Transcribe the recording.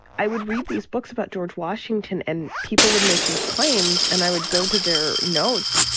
i would read these books about george washington. and people would make these claims and i would go to their notes.